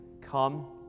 come